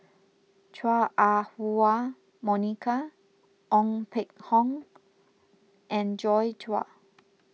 Chua Ah Huwa Monica Ong Peng Hock and Joi Chua